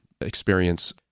experience